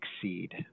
succeed